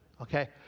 okay